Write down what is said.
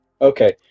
Okay